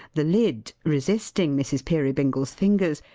the lid, resisting mrs. peerybingle's fingers,